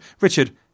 Richard